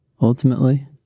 ultimately